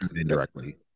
indirectly